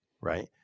right